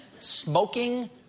smoking